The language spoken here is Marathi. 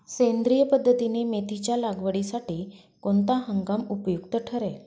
सेंद्रिय पद्धतीने मेथीच्या लागवडीसाठी कोणता हंगाम उपयुक्त ठरेल?